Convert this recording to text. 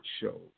shows